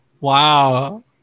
Wow